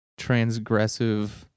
transgressive